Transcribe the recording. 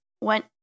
went